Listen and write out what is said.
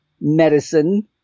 medicine